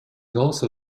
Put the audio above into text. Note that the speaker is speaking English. also